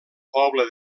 poble